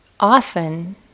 Often